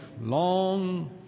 long